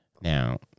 Now